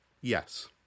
Yes